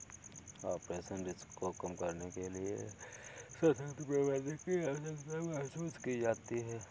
operational risk को कम करने के लिए सशक्त प्रबंधन की आवश्यकता महसूस की जाती है